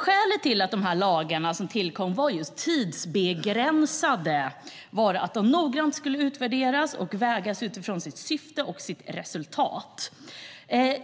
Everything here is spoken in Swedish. Skälet till att dessa lagar tillkom som tidsbegränsade lagar var att de noggrant skulle utvärderas och vägas utifrån sitt syfte och resultat.